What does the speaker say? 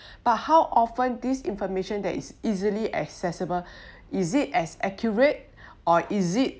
but how often this information that is easily accessible is it as accurate or is it